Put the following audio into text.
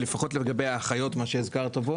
לפחות לגבי האחיות מה שהזכרת פה.